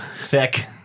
sick